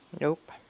Nope